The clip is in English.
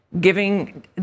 giving